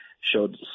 showed